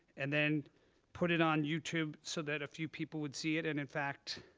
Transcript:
and then put it on youtube so that a few people would see it, and in fact,